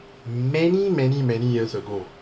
many many many years ago